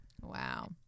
Wow